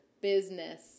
business